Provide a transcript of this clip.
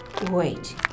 Wait